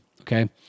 okay